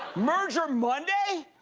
merger monday?